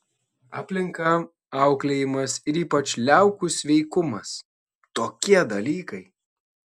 aplinka auklėjimas ir ypač liaukų sveikumas tokie dalykai